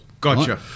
Gotcha